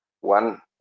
one